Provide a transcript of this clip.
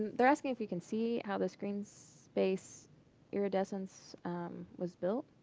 they're asking if you can see how the screen space iridescence was built.